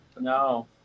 No